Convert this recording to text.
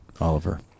Oliver